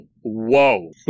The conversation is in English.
Whoa